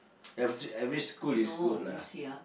ev~ every school is good lah